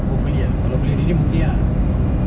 hopefully ah kalau boleh redeem okay ah